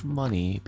money